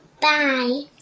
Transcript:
Bye